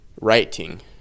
writing